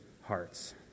hearts